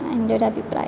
എൻ്റെ ഒരു അഭിപ്രായം